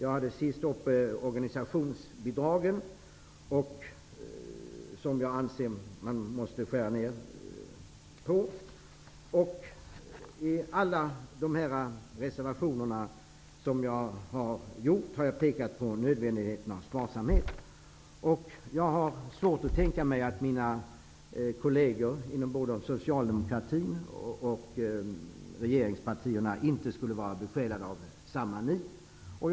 Senast tog jag upp organisationsbidragen, som jag anser att man måste skära ned. I alla dessa reservationer som jag har utformat har jag pekat på nödvändigheten av sparsamhet. Jag har svårt att tänka mig att mina kolleger inom socialdemokratin och regeringspartierna inte skulle vara besjälade av samma nit.